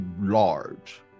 large